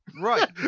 Right